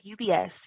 UBS